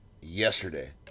yesterday